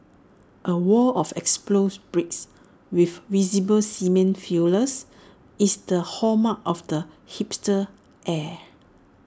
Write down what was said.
A wall of exposed bricks with visible cement fillers is the hallmark of the hipster's air